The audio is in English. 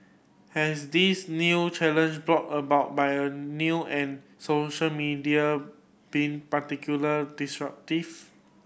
has this new challenge brought about by new and social media been particular disruptive